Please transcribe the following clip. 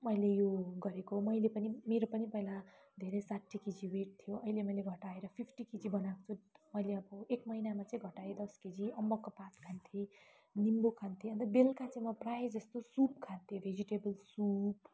मैले यो गरेको मैले पनि मेरो पनि पहिला धेरै साठी केजी वेट थियो अहिले मैले घटाएर फिफ्टी केजी बनाएको छु अहिले एक महिनामा चाहिँ घटाएँ दस केजी अम्बकको पात खान्थे निम्बु खान्थे अन्त बेलुका चाहिँ प्रायः जस्तो सुप खान्थे भेजिटेबल सुप